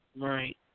Right